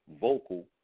vocal